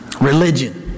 religion